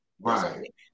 Right